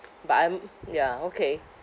but I'm ya okay